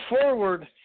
forward